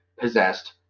possessed